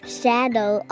shadow